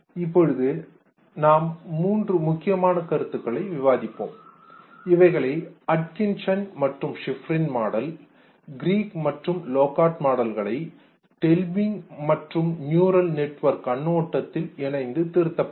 இப்போது நாம் மூன்று முக்கியமான கருத்துக்களை விவாதிப்போம் இவைகளை அட்கின்சன் மற்றும் ஷிஃப்ரின் மாடல் க்ரீக் மற்றும் லோகார்ட் மாடல்களை டெல்விங் மற்றும் நியூரல் நெட்வொர்க் கண்ணோட்டத்தில் இணைத்து திருத்தப்பட்டது